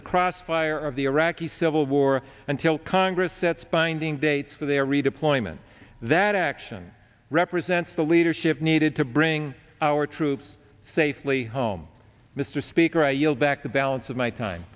the crossfire of the iraqi civil war until congress sets binding dates for their redeployment that action represents the leadership needed to bring our troops safely home mr speaker i yield back the balance of my time